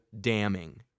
damning